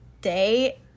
day